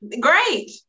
Great